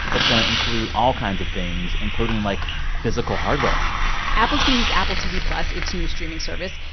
it's going to include all kinds of things, including, like, physical hardware apple's going to use apple tv plus, its new streaming service,